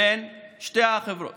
בין שתי החברות.